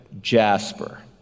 jasper